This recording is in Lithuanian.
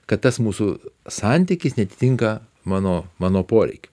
kad tas mūsų santykis neatitinka mano mano poreikio